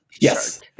yes